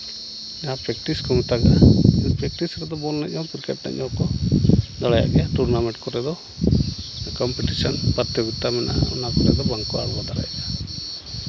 ᱡᱟᱦᱟᱸ ᱯᱨᱮᱠᱴᱤᱥ ᱠᱚ ᱢᱮᱛᱟᱜᱟᱜᱼᱟ ᱯᱨᱮᱠᱴᱤᱥ ᱠᱚᱫᱚ ᱵᱚᱞ ᱮᱱᱮᱡ ᱠᱨᱤᱠᱮᱴ ᱮᱱᱮᱡ ᱠᱚ ᱫᱟᱲᱮᱭᱟᱜᱼᱟ ᱴᱩᱨᱱᱟᱢᱮᱱᱴ ᱠᱚᱨᱮ ᱫᱚ ᱠᱚᱢᱯᱤᱴᱤᱥᱮᱱ ᱵᱮᱯᱟᱨ ᱛᱮ ᱢᱮᱱᱟᱜᱼᱟ ᱚᱱᱟ ᱠᱚᱨᱮ ᱫᱚ ᱵᱟᱝᱠᱚ ᱟᱬᱜᱚ ᱫᱟᱲᱮᱭᱟᱜᱼᱟ